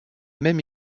même